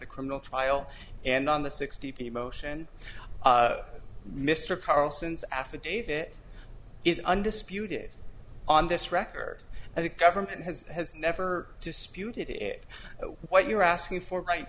the criminal trial and on the sixty p motion mr carlson's affidavit is undisputed on this record and the government has has never disputed it what you're asking for right